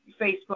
Facebook